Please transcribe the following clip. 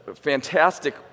fantastic